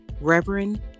Reverend